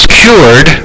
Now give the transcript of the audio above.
cured